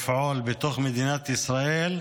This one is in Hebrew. תחנת אל-ג'זירה לפעול בתוך מדינת ישראל.